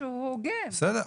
משהו הוגן,